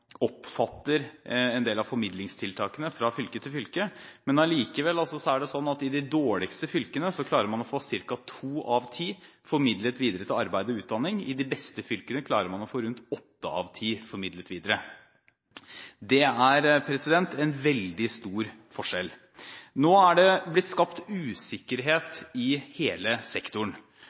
oppfatter en del av formidlingstiltakene fra fylke til fylke, men allikevel er det altså slik at man i de dårligste fylkene klarer å få ca. to av ti formidlet videre til arbeid og utdanning, mens man i de beste fylkene klarer å få rundt åtte av ti formidlet videre. Det er en veldig stor forskjell. Nå er det blitt skapt usikkerhet i hele sektoren.